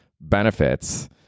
benefits